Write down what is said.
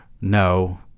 No